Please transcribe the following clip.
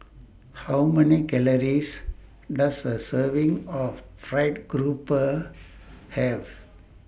How Many Calories Does A Serving of Fried Garoupa Have